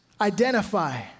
identify